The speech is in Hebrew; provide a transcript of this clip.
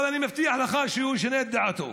אבל אני מבטיח לך שהוא ישנה את דעתו.